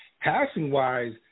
Passing-wise –